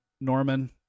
Norman